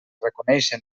reconèixer